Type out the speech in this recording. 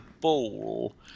Ball